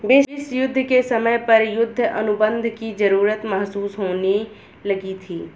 विश्व युद्ध के समय पर युद्ध अनुबंध की जरूरत महसूस होने लगी थी